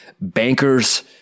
bankers